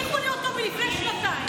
הבטיחו לי אותו לפני שנתיים.